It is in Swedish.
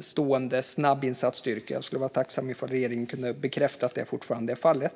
stående snabbinsatsstyrka, och jag skulle vara tacksam om regeringen kunde bekräfta att så fortfarande är fallet.